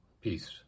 Peace